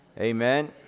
Amen